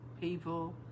people